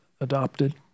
adopted